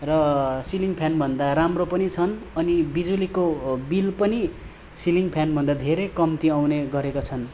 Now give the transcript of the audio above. र सिलिङ फ्यानभन्दा राम्रो पनि छन् अनि बिजुलीको बिल पनि सिलिङ फ्यानभन्दा धेरै कम्ती आउने गरेका छन्